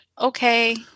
okay